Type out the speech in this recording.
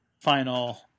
final